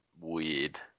weird